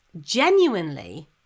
genuinely